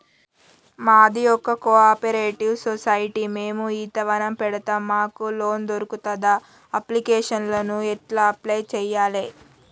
మాది ఒక cooperative society మేము ఈత వనం పెడతం మాకు లోన్ దొర్కుతదా? అప్లికేషన్లను ఎట్ల అప్లయ్ చేయాలే?